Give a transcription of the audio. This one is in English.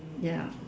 ya